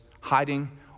hiding